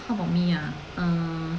how about me ah err